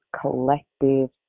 collective